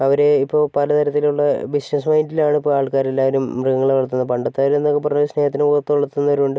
അവർ ഇപ്പോൾ പലതരത്തിലുള്ള ബിസിനസ് മൈൻഡിലാണ് ഇപ്പം ആൾക്കാർ എല്ലാവരും മൃഗങ്ങളെ വളർത്തുന്നത് പണ്ടത്തെ അവരെന്നൊക്കെ പറഞ്ഞാൽ സ്നേഹത്തിൻ്റെ പുറത്ത് വളർത്തുന്നവരും ഉണ്ട്